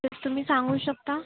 तरी तुम्ही सांगू शकता